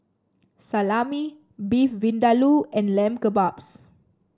Salami Beef Vindaloo and Lamb Kebabs